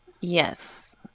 Yes